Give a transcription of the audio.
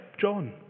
John